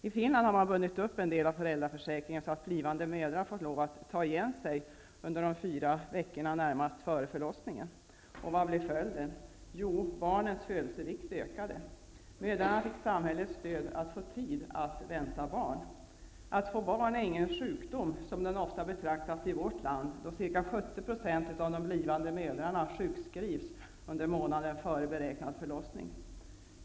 I Finland har man bundit upp en del av föräldraförsäkringen så att blivande mödrar får lov att ta igen sig under de fyra veckorna före förlossningen. Vad blev följden av detta? Jo, barnens födelsevikt ökade. Mödrarna fick samhällets stöd att få tid att vänta barn. Att få barn är ingen sjukdom, som det ofta betraktas som i vårt land, då ca 70 % av de blivande mödrarna sjukskrivs under månaden före beräknad förlossning.